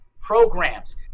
programs